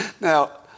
Now